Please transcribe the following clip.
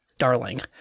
darling